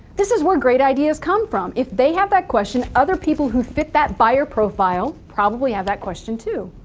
this is where great ideas come from. if they have that question, other people who fit that buyer profile probably have that question too.